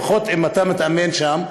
לפחות אם אתה מתאמן שם,